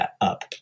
up